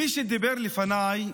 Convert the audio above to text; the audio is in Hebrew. מי שדיברו לפניי,